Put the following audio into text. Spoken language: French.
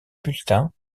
bulletins